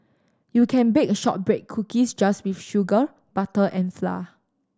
you can bake shortbread cookies just with sugar butter and flour